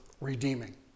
redeeming